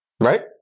Right